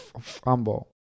fumble